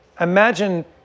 imagine